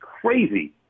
crazy